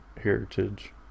heritage